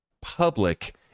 public